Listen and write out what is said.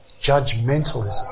judgmentalism